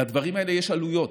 לדברים האלה יש עלויות.